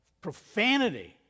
profanity